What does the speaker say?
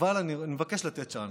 אבל אני מבקש לתת צ'אנס.